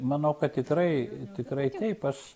manau kad tikrai tikrai taip aš